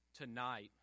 tonight